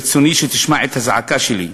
ברצוני שתשמע את הזעקה שלי,